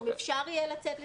אם אפשר יהיה לצאת לטיולים,